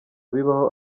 bibaho